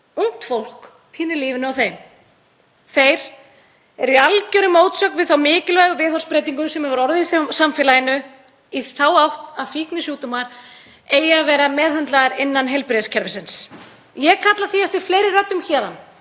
ungt fólk, týnir lífinu á þeim. Þeir eru í algjörri mótsögn við þá mikilvægu viðhorfsbreytingu sem hefur orðið í samfélaginu í þá átt að fíknisjúkdómar eigi að vera meðhöndlaðir innan heilbrigðiskerfisins. Ég kalla því eftir fleiri röddum héðan,